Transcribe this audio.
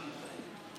חד-משמעית.